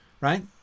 right